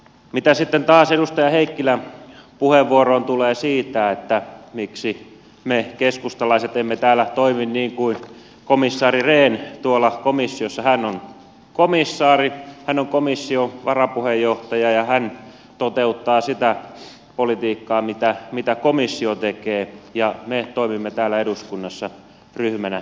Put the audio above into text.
mitä sitten taas edustaja heikkilän puheenvuoroon tulee siitä miksi me keskustalaiset emme täällä toimi niin kuin komissaari rehn tuolla komissiossa hän on komissaari hän on komission varapuheenjohtaja ja hän toteuttaa sitä politiikkaa mitä komissio tekee ja me toimimme täällä eduskunnassa ryhmänä itsenäisesti